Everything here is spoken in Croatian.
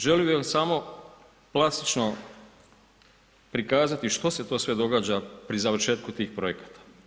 Želio bi vam samo plastično prikazati što se to sve događa pri završetku tih projekata.